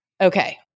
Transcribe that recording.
Okay